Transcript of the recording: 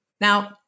Now